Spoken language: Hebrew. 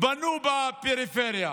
בנו בפריפריה.